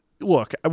look